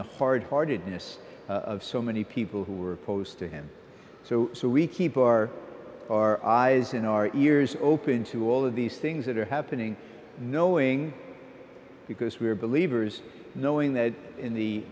the hard heartedness of so many people who were opposed to him so so we keep our our eyes in our ears open to all of these things that are happening knowing because we are believers knowing that in the